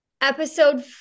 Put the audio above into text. episode